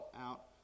out